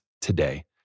today